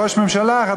ראש ממשלה אחד,